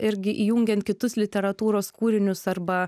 irgi įjungiant kitus literatūros kūrinius arba